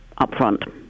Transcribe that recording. upfront